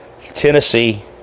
Tennessee